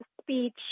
speech